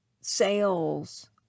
sales